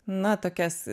na tokias